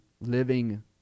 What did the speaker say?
living